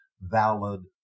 valid